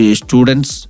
students